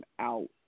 out